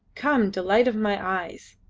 come, delight of my eyes,